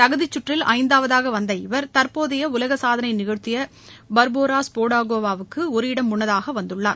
தகுதிச்சுற்றில் இந்தாவதாக வந்த இவர் தற்போதைய உலக சாதனை நிகழ்த்திய பார்போரா ஸ்போடாகோவா வுக்கு ஒரு இடம் முன்னதாக வந்துள்ளார்